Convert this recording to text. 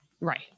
Right